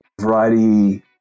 variety